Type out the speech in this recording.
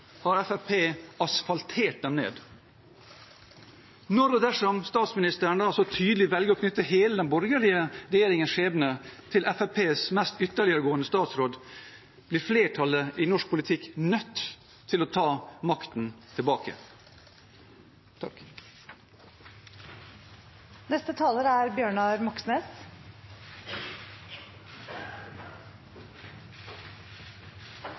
har Fremskrittspartiet asfaltert dem ned. Når og dersom statsministeren da så tydelig velger å knytte hele den borgerlige regjeringens skjebne til Fremskrittspartiets mest ytterliggående statsråd, blir flertallet i norsk politikk nødt til å ta makten tilbake.